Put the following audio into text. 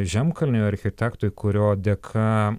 žemkalniui architektui kurio dėka